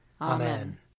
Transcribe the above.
Amen